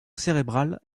cérébrale